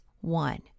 one